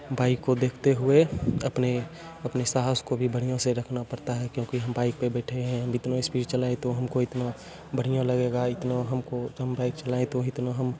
bike को देखते हुए अपने अपने साहस को भी बढ़िया से रखना पड़ता है क्योंकि हम बाइक पे बैठे हैं अब इतना इस्पीड चलाएँ तो हमको इतना बढ़िया लगेगा इतना हम को हम बाइक चलाएँ तो इतना हम